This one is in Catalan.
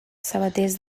sabaters